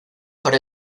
para